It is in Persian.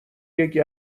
یکی